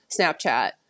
snapchat